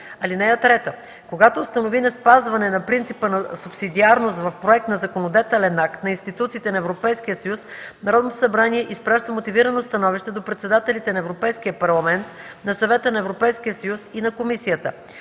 събрание. (3) Когато установи неспазване на принципа на субсидиарност в проект на законодателен акт на институциите на Европейския съюз, Народното събрание изпраща мотивирано становище до председателите на Европейския парламент, на Съвета на Европейския съюз и на Комисията.